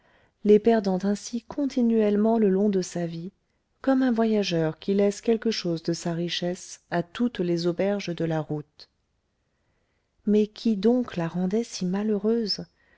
les perdant ainsi continuellement le long de sa vie comme un voyageur qui laisse quelque chose de sa richesse à toutes les auberges de la route mais qui donc la rendait si malheureuse